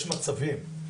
יש מצבים,